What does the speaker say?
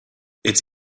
its